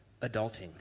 adulting